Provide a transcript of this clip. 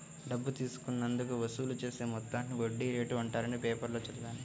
డబ్బు తీసుకున్నందుకు వసూలు చేసే మొత్తాన్ని వడ్డీ రేటు అంటారని పేపర్లో చదివాను